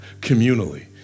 communally